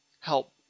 Help